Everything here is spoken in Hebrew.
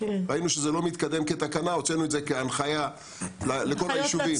ראינו שזה לא מתקדם כתקנה והוצאנו את זה כהנחיה לכל היישובים.